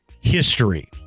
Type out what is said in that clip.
history